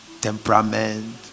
Temperament